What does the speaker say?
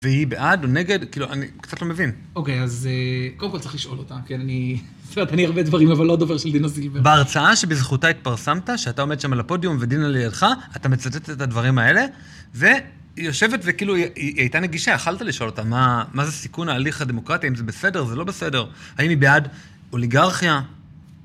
והיא בעד או נגד, כאילו, אני קצת לא מבין. אוקיי, אז קודם כל צריך לשאול אותה, כן, אני... זאת אומרת, אני הרבה דברים, אבל לא דובר של דינה סילבר. בהרצאה שבזכותה התפרסמת, שאתה עומד שם על הפודיום ודינה על ידך, אתה מצטט את הדברים האלה, ויושבת וכאילו, היא הייתה נגישה, יחלת לשאול אותה, מה זה סיכון ההליך הדמוקרטי, האם זה בסדר, זה לא בסדר, האם היא בעד אוליגרכיה?